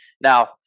Now